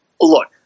Look